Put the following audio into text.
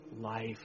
life